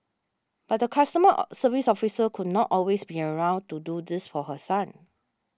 but the customer service officer could not always be around to do this for her son